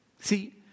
See